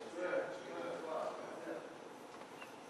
אדוני היושב-ראש, כבוד השרה, חברי הכנסת,